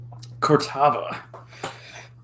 Cortava